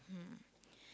hmm